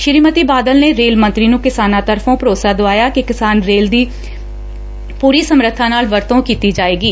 ਸ੍ਰੀ ਮਤੀ ਬਾਦਲ ਨੇ ਰੇਲ ਮੰਤਰੀ ਨੂੰ ਕਿਸਾਨਾਂ ਤਰਫੋਂ ਭਰੋਸਾ ਦੁਆਇਆ ਕਿ ਕਿਸਾਨ ਰੇਲ ਦੀ ਪੁਰੀ ਸਮਰੱਬਾ ਨਾਲ ਵਰਤੋਂ ਕੀਤੀ ਜਾਵੇਗੀ